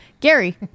gary